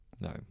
No